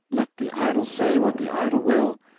let the idle say what the idle will.